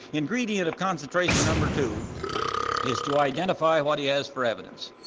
ingredient of concentration number two is to identify what he has for evidence.